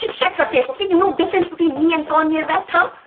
shut your face, okay? you know difference between me and kanye west, huh?